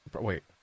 wait